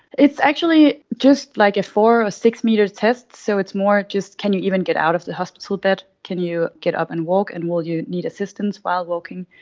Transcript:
it's actually just like a four or six-metre test, so it's more just can you even get out of the hospital bed, can you get up and walk and will you need assistance while walking.